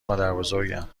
مادربزرگم